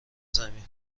زمین